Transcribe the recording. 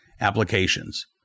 applications